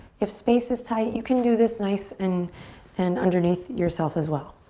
if space is tight, you can do this nice and and underneath yourself as well.